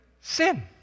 sin